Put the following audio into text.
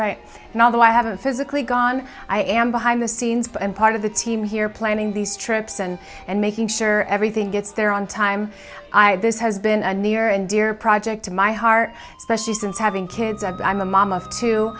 right and although i haven't physically gone i am behind the scenes but i'm part of the team here planning these trips and and making sure everything gets there on time i this has been a near and dear project to my heart especially since having kids i'm a mom of two